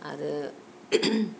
आरो